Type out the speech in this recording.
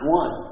one